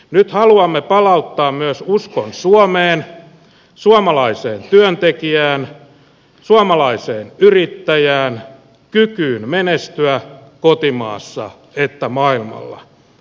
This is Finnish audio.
nyt haluamme palauttaa myös uskon suomeen suomalaiseen työntekijään suomalaiseen yrittäjään kykyyn menestyä sekä kotimaassa että maailmalla